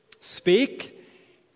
speak